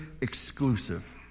exclusive